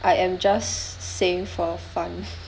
I am just saying for fun